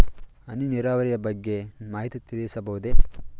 ಹನಿ ನೀರಾವರಿಯ ಬಗ್ಗೆ ಮಾಹಿತಿ ತಿಳಿಸಬಹುದೇ?